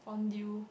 fondue